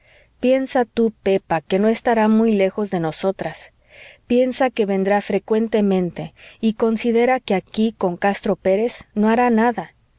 piensa tú pepa que no estará muy lejos de nosotras piensa que vendrá frecuentemente y considera que aquí con castro pérez no hará nada